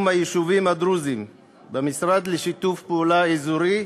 היישובים הדרוזיים במשרד לשיתוף פעולה אזורי,